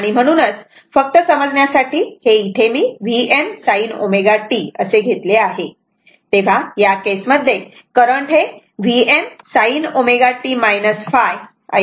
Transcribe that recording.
आणि म्हणूनच फक्त समजण्यासाठी हे इथे Vm sin ω t असे घेतले आहे या केस मध्ये करंट हे Im sin ω t ϕ ऐवजी ϕ असेल